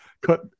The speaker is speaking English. cut